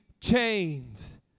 chains